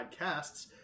podcasts